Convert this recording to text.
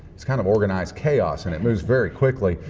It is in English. it's kind of organized chaos and it moves very quickly.